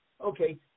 Okay